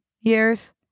years